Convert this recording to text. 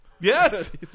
Yes